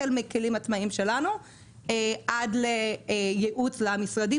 החל מכלים עצמאיים שלנו עד ייעוץ למשרדים